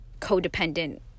codependent